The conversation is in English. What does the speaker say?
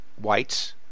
whites